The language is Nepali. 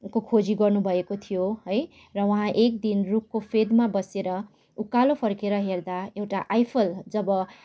को खोजी गर्नु भएको थियो है र उहाँ एकदिन रुखको फेदमा बसेर उकालो फर्केर हेर्दा एउटा आइफल जब